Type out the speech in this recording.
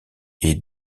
est